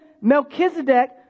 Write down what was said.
Melchizedek